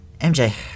MJ